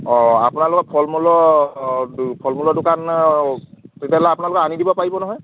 অঁ আপোনালোকৰ ফল মূলৰ দো ফল মূলৰ দোকান তেতিয়াহ'লে আপোনালোকে আনি দিব পাৰিব নহয়